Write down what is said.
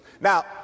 Now